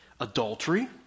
Adultery